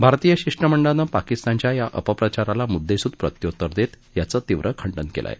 भारतीय शिष्टमंडळानं पाकिस्तानच्या या अपप्रचाराला मुद्देसुद प्रत्युत्तर देत याचं तीव्र खंडन केलं आहे